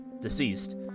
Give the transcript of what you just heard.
deceased